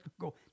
go